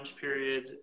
period